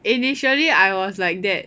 initially I was like that